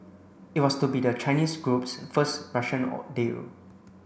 it was to be the Chinese group's first Russian deal